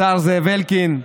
השר זאב אלקין,